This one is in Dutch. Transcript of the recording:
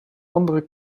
andere